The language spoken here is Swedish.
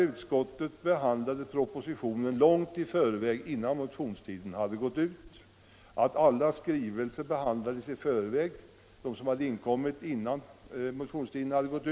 Utskottet behandlade propositionen långt innan motionstiden hade gått ut. Detsamma gäller alla skrivelser som hade inkommit före motionstidens utgång.